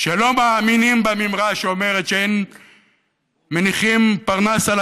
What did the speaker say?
שלא מאמינים במימרה שאומרת שאין מניחים פרנס על